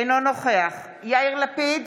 אינו נוכח יאיר לפיד,